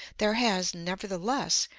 there has, nevertheless,